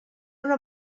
una